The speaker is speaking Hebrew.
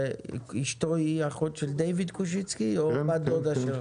אישתו היא אחות של דיוויד קושיצקי או בת דודה שלו?